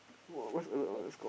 !wah! what's on the score